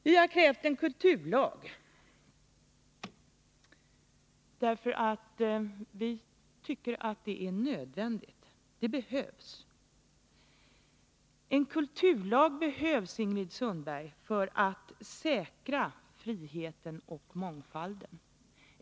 Vi har krävt en kulturlag därför att vi tycker att det är nödvändigt. En kulturlag behövs, Ingrid Sundberg, för att säkra friheten och mångfalden.